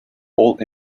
old